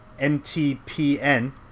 NTPN